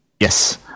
Yes